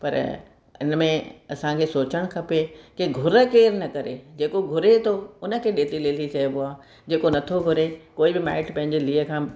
पर इन में असांखे सोचणु खपे की घुर केरु न करे जेको घुरे थो उनखे ॾेती लेती चइबो आहे जेको न थो घुरे कोई बि माइट पंहिंजे लीए खां